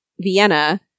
Vienna